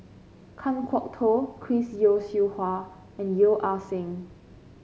Kan Kwok Toh Chris Yeo Siew Hua and Yeo Ah Seng